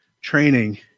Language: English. training